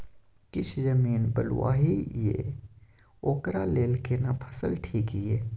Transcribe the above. किछ जमीन बलुआही ये ओकरा लेल केना फसल ठीक ये?